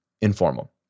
informal